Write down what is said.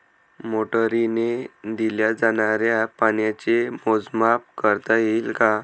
मोटरीने दिल्या जाणाऱ्या पाण्याचे मोजमाप करता येईल का?